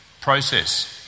process